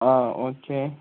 ആ ഓക്കെ